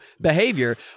behavior